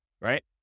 Right